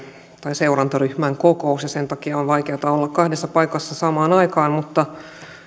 seurantaryhmän kokous ja sen takia on on vaikeata olla kahdessa paikassa samaan aikaan mutta